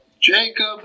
Jacob